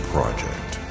Project